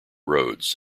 roads